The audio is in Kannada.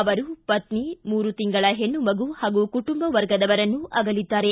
ಅವರು ಪತ್ನಿ ಮೂರು ತಿಂಗಳ ಹೆಣ್ಣು ಮಗು ಹಾಗೂ ಕುಟುಂಬ ವರ್ಗದವರನ್ನು ಅಗಲಿದ್ದಾರೆ